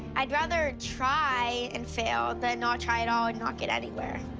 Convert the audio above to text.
i'd rather try and fail than not try at all, and not get anywhere.